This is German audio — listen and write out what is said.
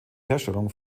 herstellung